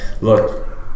look